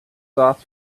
sauce